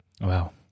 Wow